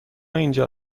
اینجا